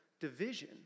division